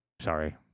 Sorry